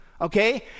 Okay